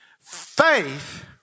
Faith